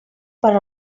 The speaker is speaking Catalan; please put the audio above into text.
per